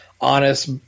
honest